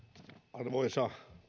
arvoisa